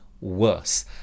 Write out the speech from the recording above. worse